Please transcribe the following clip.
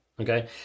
Okay